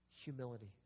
Humility